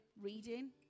reading